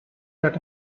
that